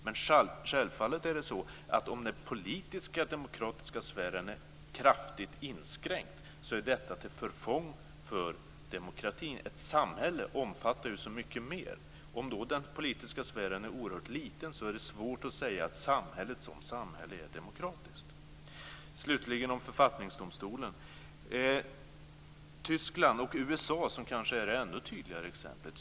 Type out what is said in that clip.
Men om den politiska demokratiska sfären är kraftigt inskränkt är detta självfallet till förfång för demokratin - ett samhälle omfattar så mycket mer. Om den politiska sfären är oerhört liten är det svårt att säga att samhället som samhälle är demokratiskt. Tyskland. USA kanske är ett ännu tydligare exempel.